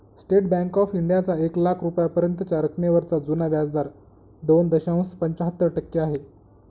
state bank of इंडियाचा एक लाख रुपयांपर्यंतच्या रकमेवरचा जुना व्याजदर दोन दशांश पंच्याहत्तर टक्के आहे